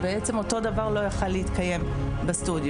אותו דבר לא יכול היה להתקיים בסטודיו.